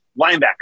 linebacker